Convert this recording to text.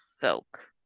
folk